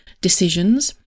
decisions